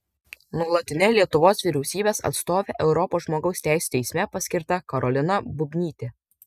nuolatine lietuvos vyriausybės atstove europos žmogaus teisių teisme paskirta karolina bubnytė